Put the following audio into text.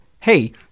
hey